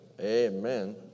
amen